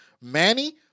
Manny